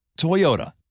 Toyota